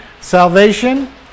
salvation